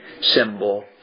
symbol